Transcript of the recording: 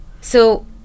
So-